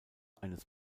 eines